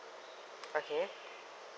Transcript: okay